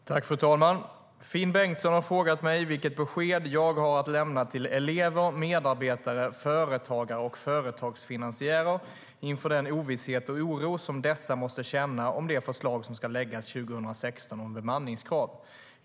STYLEREF Kantrubrik \* MERGEFORMAT Svar på interpellationerFru talman! Finn Bengtsson har frågat mig vilket besked jag har att lämna till elever, medarbetare, företagare och företagsfinansiärer inför den ovisshet och oro som dessa måste känna inför det förslag om bemanningskrav som ska läggas 2016.